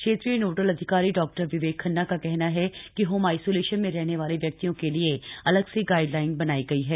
क्षेत्रीय नोडल अधिकारी डॉ विवेक खन्ना का कहना है की होम आइसोलेशन में रहने वाले व्यक्तियों के लिए अलग से गाइडलाइन बनाई गई है